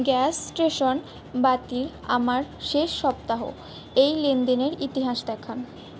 gas station বাতি আমার শেষ সপ্তাহ এই লেনদেনের ইতিহাস দেখান